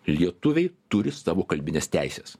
lietuviai turi savo kalbines teises